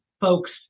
folks